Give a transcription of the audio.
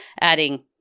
adding